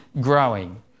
growing